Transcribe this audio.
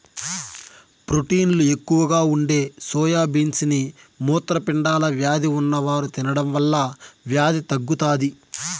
ప్రోటీన్లు ఎక్కువగా ఉండే సోయా బీన్స్ ని మూత్రపిండాల వ్యాధి ఉన్నవారు తినడం వల్ల వ్యాధి తగ్గుతాది